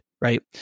right